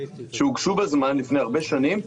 שהוגשו בזמן לפני הרבה שנים,